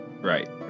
Right